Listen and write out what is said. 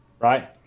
right